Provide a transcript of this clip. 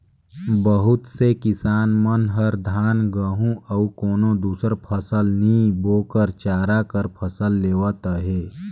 बहुत से किसान मन हर धान, गहूँ अउ कोनो दुसर फसल नी बो कर चारा कर फसल लेवत अहे